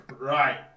Right